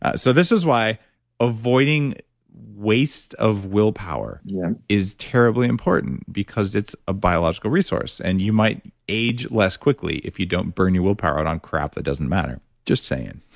ah so this is why avoiding waste of willpower yeah is terribly important because it's a biological resource and you might age less quickly if you don't burn your willpower out on crap that doesn't matter. just saying